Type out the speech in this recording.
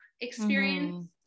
experience